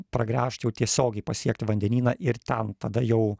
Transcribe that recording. pragręžti jau tiesiogiai pasiekti vandenyną ir ten tada jau